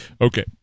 okay